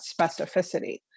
specificity